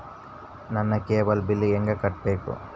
ನನ್ನ cable bill ಹೆಂಗ ಕಟ್ಟಬೇಕು?